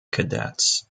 cadets